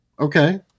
Okay